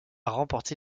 remporté